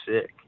sick